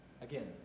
Again